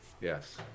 Yes